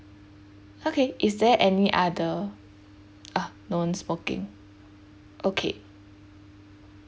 okay is there any other ah non-smoking okay